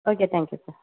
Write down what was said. okay thank you sir